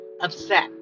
upset